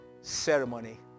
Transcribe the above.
ceremony